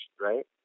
right